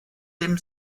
dem